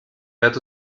wert